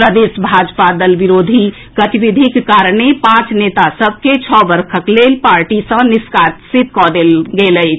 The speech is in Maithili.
प्रदेश भाजपा दल विरोधी गतिविधिक कारणे पांच नेता सभ के छओ वर्षक लेल पार्टी सँ निष्कासित कऽ देलक अछि